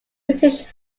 british